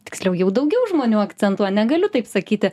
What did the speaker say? tiksliau jau daugiau žmonių akcentuoja negaliu taip sakyti